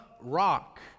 rock